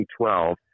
2012